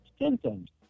symptoms